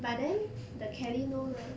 but then the kelly no mah